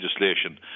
legislation